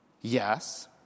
yes